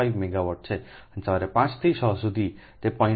5 megawatt છે અને સવારે 5 થી 6 સુધી તે 0